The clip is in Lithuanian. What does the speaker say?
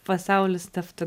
pasaulis taptų